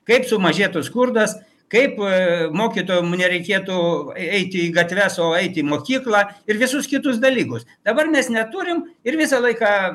kaip sumažėtų skurdas kaip mokytojom nereikėtų eiti į gatves o eiti mokyklą ir visus kitus dalykus dabar mes neturim ir visą laiką